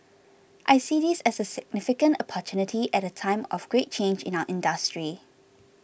I see this as a significant opportunity at a time of great change in our industry